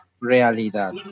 realidad